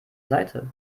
seite